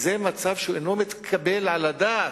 וזה מצב שאינו מתקבל על הדעת.